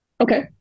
Okay